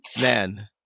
Man